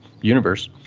universe